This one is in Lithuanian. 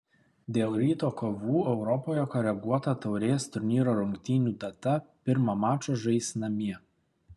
dėl ryto kovų europoje koreguota taurės turnyro rungtynių data pirmą mačą žais namie